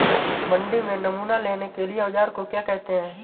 मंडी में नमूना लेने के औज़ार को क्या कहते हैं?